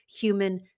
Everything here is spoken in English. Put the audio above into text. human